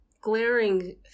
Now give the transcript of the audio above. glaring